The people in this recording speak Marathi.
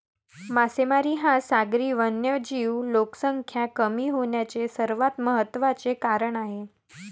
मासेमारी हा सागरी वन्यजीव लोकसंख्या कमी होण्याचे सर्वात महत्त्वाचे कारण आहे